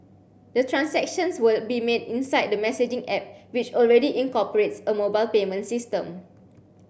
the transactions will be made inside the messaging app which already incorporates a mobile payment system